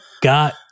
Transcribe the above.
got